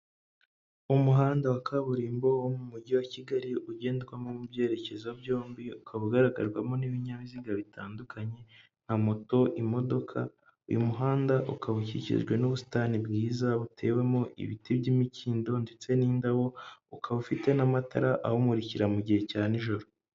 Umuhanda wa kaburimbo wo mu mujyi wa Kigali ugendwamo mu byerekezo byombi ukaba ugaragarwamo n'ibinyabiziga bitandukanye nka moto, imodoka uyu muhanda ukaba ukikijwe n'ubusitani bwiza butewemo ibiti by'imikindo ndetse n'indabo ukaba ufite n'amatara awumurikira mu gihe cya nijoro.